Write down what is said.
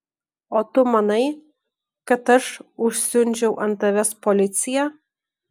o tu manai kad aš užsiundžiau ant tavęs policiją